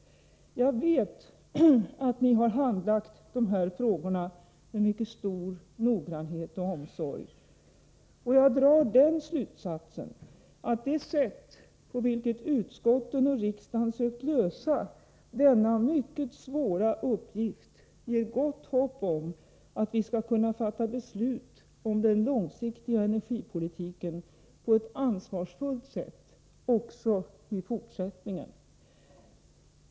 Jag vet att ni har handlagt de här frågorna med mycket stor noggrannhet och omsorg. Och jag drar den slutsatsen att det sätt på vilket utskotten och riksdagen sökt lösa denna mycket svåra uppgift ger gott hopp om att vi skall kunna fatta beslut om den långsiktiga energipolitiken på ett ansvarsfullt sätt också i fortsättningen.